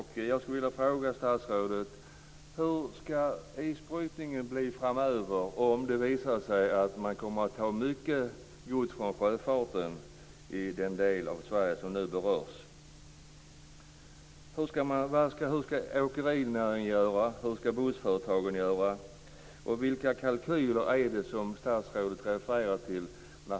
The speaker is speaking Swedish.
Hur skall bussföretagen göra? Och vilka kalkyler är det som statsrådet refererar till?